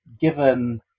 given